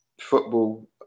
football